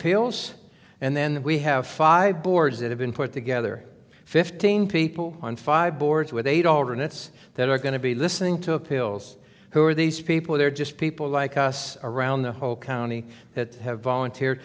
appeals and then we have five boards that have been put together fifteen people on five boards with eight alternates that are going to be listening to a pils who are these people they're just people like us around the whole county that have volunteer